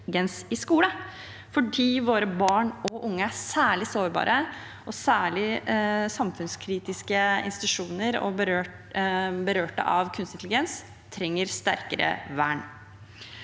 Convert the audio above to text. i skole fordi våre barn og unge er særlig sårbare, og særlig samfunnskritiske institusjoner som er berørt av kunstig intelligens, trenger sterkere vern.